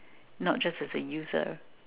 not just as a user